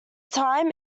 time